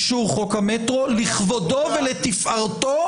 מעולם התקציב לא היה חסם לקיום בחירות ולהיערכות לבחירות.